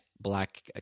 black